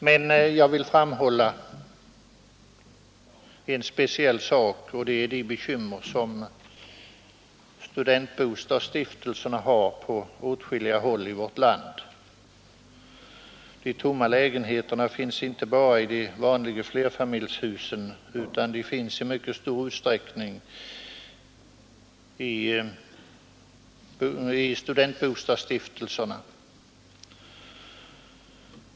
Jag vill emellertid framhålla en speciell sak, och det är de bekymmer som studentbostadsstiftelserna har på åtskilliga håll i vårt land. De tomma lägenheterna finns inte bara i de vanliga flerfamiljshusen, utan de finns i mycket stor utsträckning i studentbostadsstiftelserna.